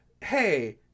hey